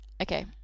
Okay